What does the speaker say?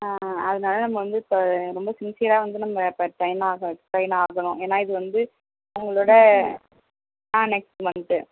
ஆ அதனால் நம்ம வந்து இப்போ ரொம்ப சின்சியராக வந்து நம்ம இப்போ ட்ரெய்ன் ஆக ட்ரெய்னாகணும் ஏன்னா இது வந்து அவங்களோட நெக்ஸ்ட் மந்த்து